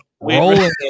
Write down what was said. rolling